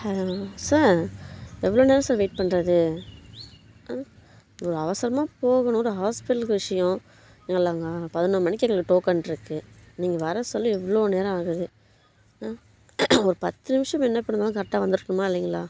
sir எவ்வளோ நேரம் sir wait பண்ணுறது ஒரு அவசரமாக போகணும் ஒரு ஹாஸ்பிட்டலுக்கு விஷயம் இல்லைங்க பதினொரு மணிக்கு எங்களுக்கு டோக்கனிருக்கு நீங்கள் வர சொல்லி இவ்வளோ நேரம் ஆகுது ஒரு பத்து நிமிஷம் முன்ன பின்னே இருந்தாலும் கரெக்டாக வந்திருக்கணுமா இல்லைங்களா